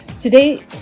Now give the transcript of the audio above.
Today